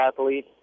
athlete